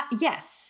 yes